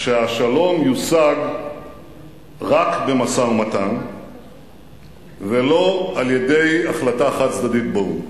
שהשלום יושג רק במשא-ומתן ולא על ידי החלטה חד-צדדית באו"ם.